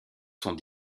sont